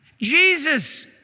Jesus